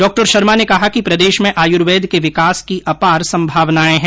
डॉ शर्मा ने कहा कि प्रदेश में आयर्वेद के विकास की अपार संभावनाएं हैं